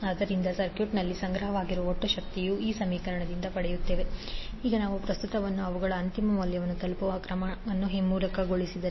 ಆದ್ದರಿಂದ ಸರ್ಕ್ಯೂಟ್ನಲ್ಲಿ ಸಂಗ್ರಹವಾಗಿರುವ ಒಟ್ಟು ಶಕ್ತಿಯು ww1w212L1I12M12I1I212L2I22 ಈಗ ನಾವು ಪ್ರಸ್ತುತವನ್ನು ಅವುಗಳ ಅಂತಿಮ ಮೌಲ್ಯಗಳನ್ನು ತಲುಪುವ ಕ್ರಮವನ್ನು ಹಿಮ್ಮುಖಗೊಳಿಸಿದರೆ